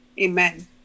Amen